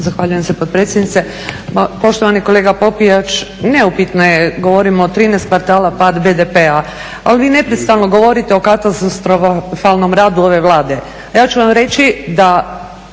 Zahvaljujem se potpredsjednice. Poštovani kolega Popijač, neupitno je, govorimo o 13 kvartala pada BDP-a, ali vi neprestano govorite o katastrofalnom radu ove Vlade,